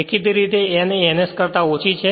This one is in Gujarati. દેખીતી રીતે n એ ns કરતા ઓછી છે